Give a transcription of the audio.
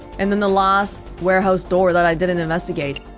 and then the last warehouse door that i didn't investigate